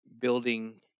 building